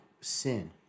Sin